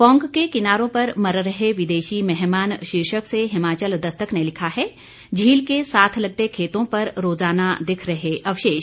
पोंग के किनारों पर मर रहे विदेशी मेहमान शीर्षक से हिमाचल दस्तक ने लिखा है झील के साथ लगते खेतों पर रोजाना दिख रहे अवशेष